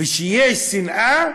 וכשיש שנאה